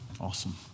Awesome